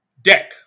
Deck